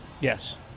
yes